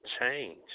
change